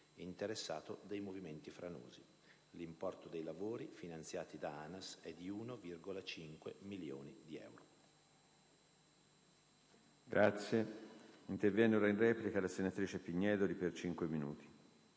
interessato dai movimenti franosi. L'importo dei lavori, finanziati da ANAS, è di 1,5 milioni di euro.